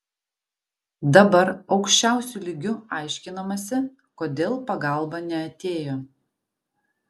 dabar aukščiausiu lygiu aiškinamasi kodėl pagalba neatėjo